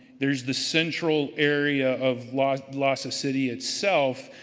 there's the central area of lhasa lhasa city itself,